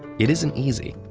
it isn't easy,